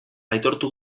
aitortu